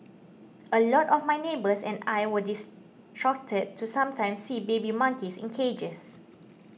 a lot of my neighbours and I were distraught to sometimes see baby monkeys in cages